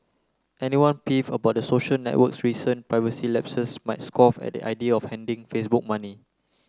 anyone peeved about the social network's recent privacy lapses might scoff at the idea of handing Facebook money